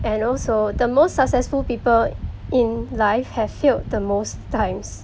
and also the most successful people in life have failed the most times